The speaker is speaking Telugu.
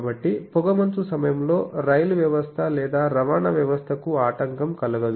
కాబట్టి పొగమంచు సమయంలో రైలు వ్యవస్థ లేదా రవాణా వ్యవస్థకు ఆటంకం కలగదు